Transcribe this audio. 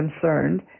concerned